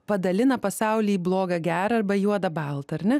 padalina pasaulį į blogą gerą arba juodą baltą ar ne